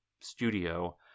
studio